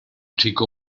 chico